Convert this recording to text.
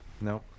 No